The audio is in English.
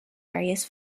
various